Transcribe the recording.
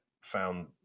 found